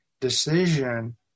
decision